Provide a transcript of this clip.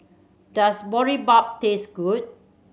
does Boribap taste good